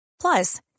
Plus